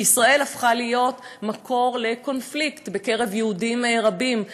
כי ישראל הפכה להיות מקור לקונפליקט בקרב יהודים רבים,